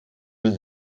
müll